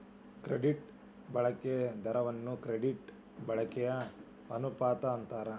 credit ಬಳಕೆ ದರವನ್ನ credit ಬಳಕೆಯ ಅನುಪಾತ ಅಂತಾರ